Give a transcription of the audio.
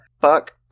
fuck